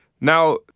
Now